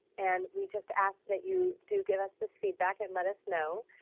and we just ask that you do give us us feedback and let us know.